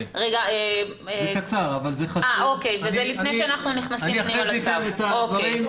זה לפני שאנחנו נכנסים לדיון בצו, בסדר.